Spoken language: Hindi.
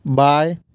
बाएं